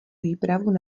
výpravu